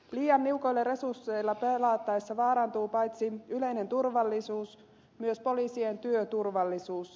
liian niukoilla resursseilla pelattaessa vaarantuu paitsi yleinen turvallisuus myös poliisien työturvallisuus